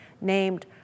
named